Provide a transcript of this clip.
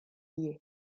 liés